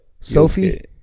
Sophie